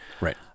Right